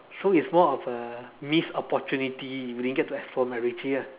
so is more of a missed opportunity if you didn't get to explore macritchie lah